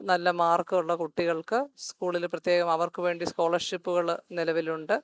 നല്ല മാർക്ക്ള്ള കുട്ടികൾക്ക് സ്കൂളിൽ പ്രത്യേകം അവർക്ക് വേണ്ടി സ്കോളർഷിപ്പുകൾ നിലവിലുണ്ട്